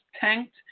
tanked